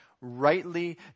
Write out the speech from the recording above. rightly